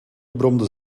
bromde